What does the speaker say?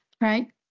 right